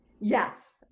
yes